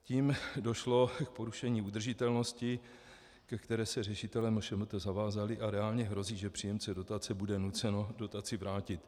Tím došlo k porušení udržitelnosti, ke které se řešitelé MŠMT zavázali, a reálně hrozí, že příjemce dotace bude nucen dotaci vrátit.